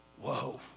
whoa